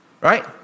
Right